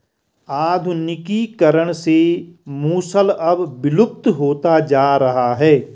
आधुनिकीकरण से मूसल अब विलुप्त होता जा रहा है